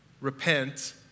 repent